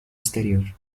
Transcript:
exterior